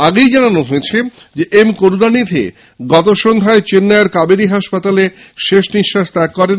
আগেই জানানো হয়েছে এম করুণানিধি গতকাল সন্ধ্যায় চেন্নাই এর কাবেরী হাসপাতালে শেষ নিঃশ্বাস ত্যাগ করেন